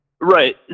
Right